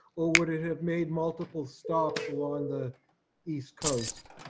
or would it have made multiple stops along the east coast.